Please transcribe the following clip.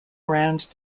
around